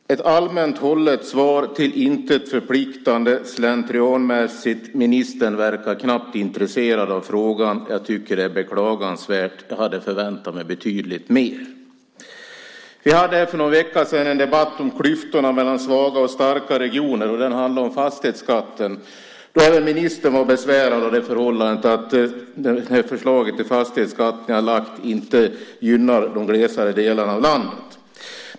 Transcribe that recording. Fru talman! Ett allmänt hållet svar till intet förpliktande, slentrianmässigt, ministern verkar knappt intresserad av frågan. Jag tycker att det är beklagansvärt. Jag hade förväntat mig betydligt mer. Vi hade för någon vecka sedan en debatt om klyftorna mellan svaga och starka regioner, och den handlade om fastighetsskatten. Även ministern var besvärad av det förhållandet att det förslag till fastighetsskatt som ni lagt fram inte gynnar de mer glesbefolkade delarna av landet.